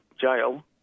jail